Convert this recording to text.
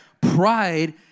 pride